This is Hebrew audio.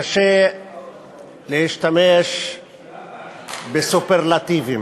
קשה להשתמש בסופרלטיבים,